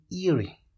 eerie